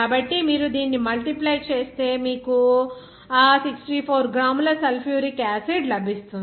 కాబట్టి మీరు దీన్ని మల్టిప్లై చేస్తే మీకు ఆ 64 గ్రాముల సల్ఫ్యూరిక్ యాసిడ్ లభిస్తుంది